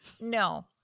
No